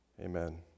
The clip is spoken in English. amen